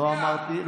לא אמרתי.